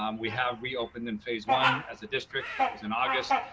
um we have reopened in phase one as a district that was in august.